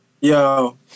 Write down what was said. Yo